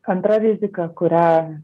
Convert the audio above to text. antra rizika kurią